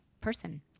person